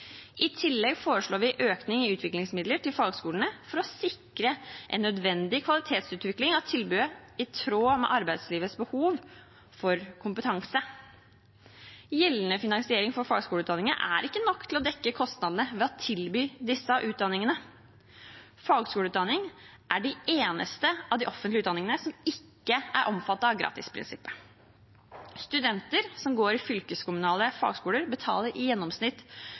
I tillegg foreslår vi økning i utviklingsmidler til fagskolene for å sikre en nødvendig kvalitetsutvikling av tilbudet i tråd med arbeidslivets behov for kompetanse. Gjeldende finansiering for fagskoleutdanningen er ikke nok til å dekke kostnadene ved å tilby disse utdanningene. Fagskoleutdanningen er den eneste av de offentlige utdanningene som ikke er omfattet av gratisprinsippet. Studenter som går fylkeskommunale fagskoler, betaler i gjennomsnitt